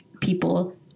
people